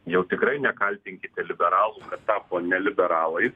jau tikrai nekaltinkite liberalų kad tapo ne liberalai